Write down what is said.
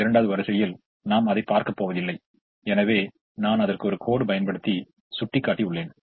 இரண்டாவது வரிசையில் நாம் அதைப் பார்க்கப் போவதில்லை எனவே நான் அதற்கு ஒரு கோடு பயன்படுத்தி சுட்டி காட்டியுள்ளேன்